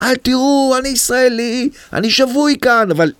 אל תירו, אני ישראלי, אני שבוי כאן אבל